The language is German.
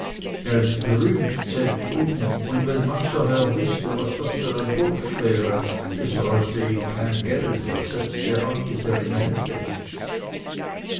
er ist brühmt zentum und wenn mancher herr wüßte was das für ein bursch wäre es reute ihn kein geld er setzte an bis er ihn hätte